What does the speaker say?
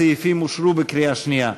הסעיפים אושרו בקריאה שנייה.